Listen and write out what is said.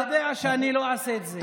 יואב, אתה יודע שאני לא אעשה את זה.